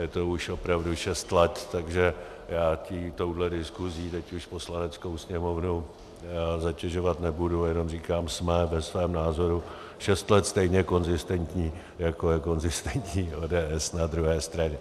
Je to už opravdu šest let, takže já touhle diskuzí teď už Poslaneckou sněmovnu zatěžovat nebudu a jenom říkám, jsme ve svém názoru šest let stejně konzistentní, jako je konzistentní ODS na druhé straně.